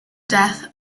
death